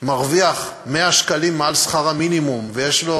מרוויח 100 שקלים מעל שכר המינימום ויש לו